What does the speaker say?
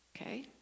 Okay